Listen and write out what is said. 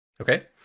Okay